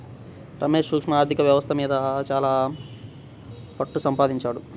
రమేష్ సూక్ష్మ ఆర్ధిక వ్యవస్థ మీద చాలా పట్టుసంపాదించాడు